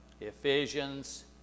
Ephesians